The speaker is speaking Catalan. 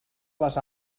les